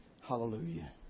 Hallelujah